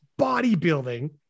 bodybuilding